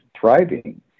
thriving